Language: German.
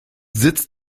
sitzt